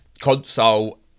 console